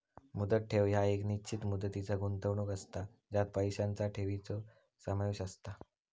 मुदत ठेव ह्या एक निश्चित मुदतीचा गुंतवणूक असता ज्यात पैशांचा ठेवीचो समावेश असता